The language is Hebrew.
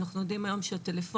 אנחנו יודעים היום שהטלפונים,